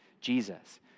Jesus